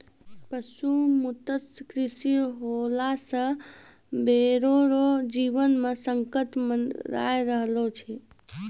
पशु मुक्त कृषि होला से बैलो रो जीवन मे संकट मड़राय रहलो छै